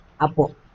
Apo